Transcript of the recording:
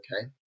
Okay